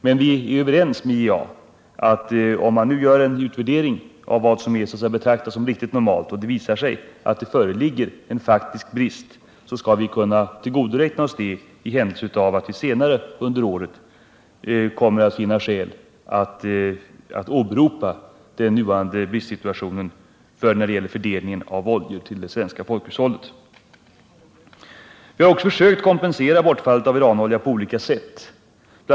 Men vi är överens med IEA om att göra en utvärdering av vad som skall betraktas som normalt. Visar det sig då att det föreligger en faktisk brist skall vi kunna tillgodoräkna oss den, i händelse av att vi senare under året kommer att finna att en bristsituation ger oss anledning begära att IEA:s fördelningsmekanism sätts i funktion. Vi har också försökt kompensera bortfallet av Iranolja på olika sätt. Bl.